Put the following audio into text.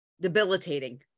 debilitating